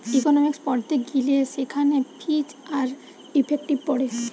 economics পড়তে গিলে সেখানে ফিজ আর ইফেক্টিভ পড়ে